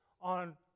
on